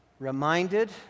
Reminded